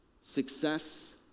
success